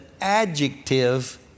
adjective